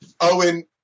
Owen